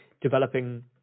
developing